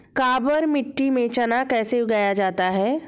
काबर मिट्टी में चना कैसे उगाया जाता है?